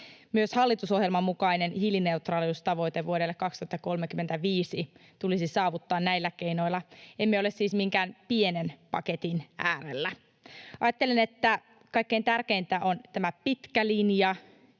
Myös hallitusohjelman mukainen hiilineutraaliustavoite vuodelle 2035 tulisi saavuttaa näillä keinoilla. Emme ole siis minkään pienen paketin äärellä. Ajattelen, että kaikkein tärkeintä on tämä pitkä linja,